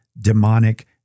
demonic